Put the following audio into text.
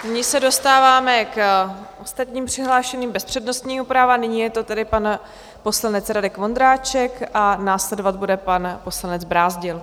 Nyní se dostáváme k ostatním přihlášeným bez přednostního práva, nyní je to tedy pan poslanec Radek Vondráček a následovat bude pan poslanec Brázdil.